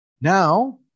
now